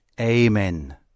Amen